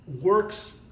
works